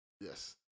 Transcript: Yes